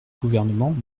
gouvernement